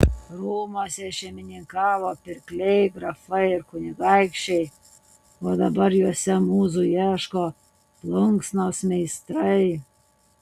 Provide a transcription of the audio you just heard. rūmuose šeimininkavo pirkliai grafai ir kunigaikščiai o dabar juose mūzų ieško plunksnos meistrai